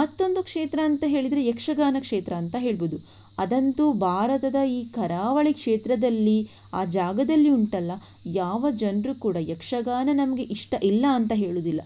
ಮತ್ತೊಂದು ಕ್ಷೇತ್ರ ಅಂತ ಹೇಳಿದರೆ ಯಕ್ಷಗಾನ ಕ್ಷೇತ್ರ ಅಂತ ಹೇಳಬಹುದು ಅದಂತೂ ಭಾರತದ ಈ ಕರಾವಳಿ ಕ್ಷೇತ್ರದಲ್ಲಿ ಆ ಜಾಗದಲ್ಲಿ ಉಂಟಲ್ಲ ಯಾವ ಜನರೂ ಕೂಡ ಯಕ್ಷಗಾನ ನಮಗೆ ಇಷ್ಟ ಇಲ್ಲ ಅಂತ ಹೇಳುವುದಿಲ್ಲ